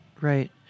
right